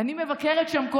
את ביקרת שם?